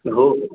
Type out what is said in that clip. हो